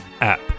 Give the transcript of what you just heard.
app